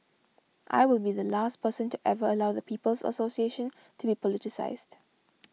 I will be the last person to ever allow the People's Association to be politicised